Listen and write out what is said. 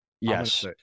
Yes